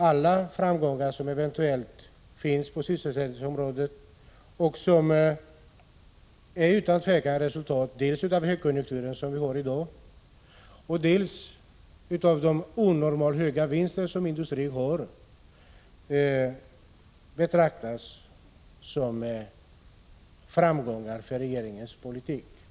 Alla framgångar som eventuellt kan finnas på sysselsättningens område — som utan tvivel är resultat dels av den högkonjunktur vi har i dag, dels av de ovanligt höga vinster som industrin gör —-betraktas som framgångar för regeringens politik.